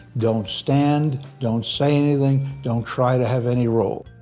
don't stand. don't say anything. don't try to have any role.